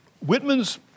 Whitman's